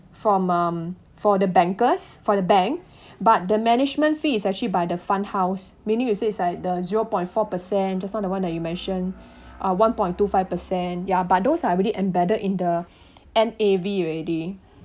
from um for the bankers for the bank but the management fee is actually by the fund house meaning you said it's like like the zero point four percent just now the one that you mention are one point two five percent ya but those are really embedded in the N_A_V already